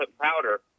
powder